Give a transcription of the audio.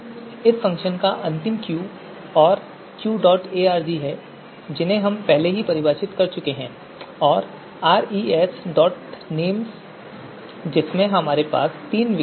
इस फ़ंक्शन में अंतिम तर्क q और qarg हैं जिन्हें हम पहले ही परिभाषित कर चुके हैं और resnames जिसमें हमारे पास तीन विकल्प हैं